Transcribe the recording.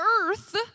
earth